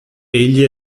egli